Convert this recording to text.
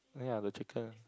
ya the chicken